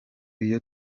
iyo